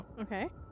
Okay